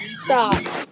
stop